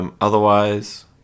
Otherwise